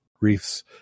reefs